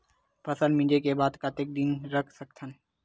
फसल मिंजे के बाद कतेक दिन रख सकथन?